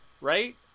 right